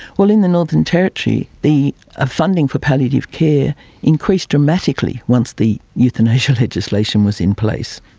well, in the northern territory the ah funding for palliative care increased dramatically once the euthanasia legislation was in place.